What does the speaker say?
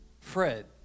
Fred